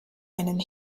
einen